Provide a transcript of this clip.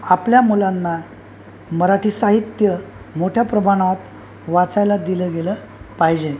आपल्या मुलांना मराठी साहित्य मोठ्या प्रमाणात वाचायला दिलं गेलं पाहिजे